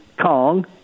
Kong